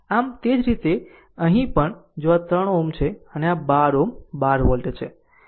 આમ તે જ રીતે અહીં પણ જો આ 3 Ω છે અને આ 12 Ω 12 વોલ્ટ છે